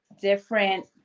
different